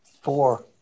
Four